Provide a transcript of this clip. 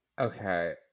Okay